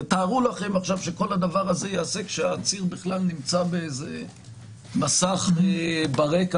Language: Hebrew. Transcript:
תארו לכם שכל הדבר הזה ייעשה כשהעציר בכלל נמצא באיזה מסך ברקע.